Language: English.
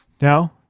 Now